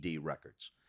records